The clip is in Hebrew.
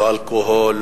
לא אלכוהול,